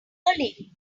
early